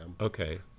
Okay